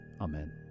Amen